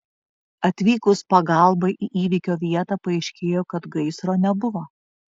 atvykus pagalbai į įvykio vietą paaiškėjo kad gaisro nebuvo